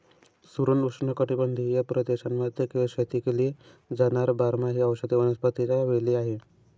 सुरण उष्णकटिबंधीय प्रदेशांमध्ये शेती केली जाणार बारमाही औषधी वनस्पतीच्या वेली आहे